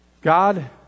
God